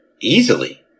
easily